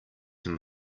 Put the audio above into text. him